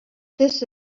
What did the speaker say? this